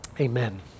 Amen